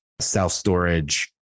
self-storage